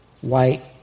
white